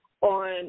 on